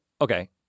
okay